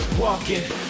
Walking